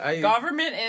Government